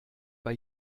bei